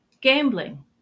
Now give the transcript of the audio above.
gambling